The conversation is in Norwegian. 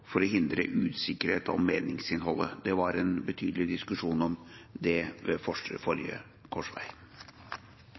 for å hindre usikkerhet om meningsinnholdet. Det var en betydelig diskusjon om det ved